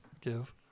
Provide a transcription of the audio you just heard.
give